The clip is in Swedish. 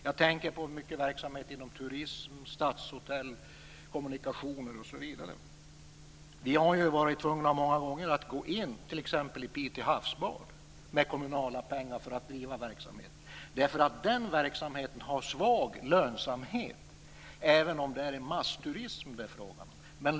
Jag tänker på verksamheter inom turism, stadshotell, kommunikationer osv. Vi har ju t.ex. många gånger varit tvungna att gå in i Pite havsbad med kommunala pengar för att driva verksamheten. Den verksamheten har svag lönsamhet även om det är frågan om en massturism.